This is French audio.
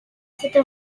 cette